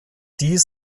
dies